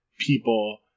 people